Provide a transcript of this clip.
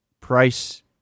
price